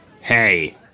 Hey